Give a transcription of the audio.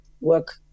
work